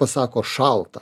pasako šalta